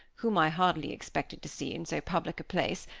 whom i hardly expected to see in so public a place,